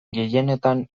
gehienetan